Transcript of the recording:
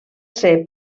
ser